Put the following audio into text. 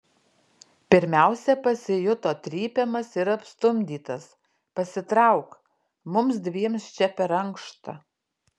pirmiausia pasijuto trypiamas ir apstumdytas pasitrauk mums dviem čia per ankšta